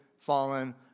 fallen